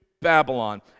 Babylon